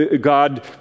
God